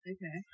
Okay